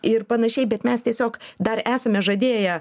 ir panašiai bet mes tiesiog dar esame žadėję